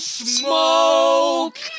smoke